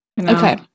Okay